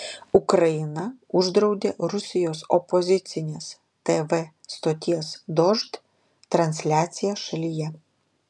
ukraina uždraudė rusijos opozicinės tv stoties dožd transliaciją šalyje